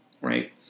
right